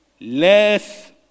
Less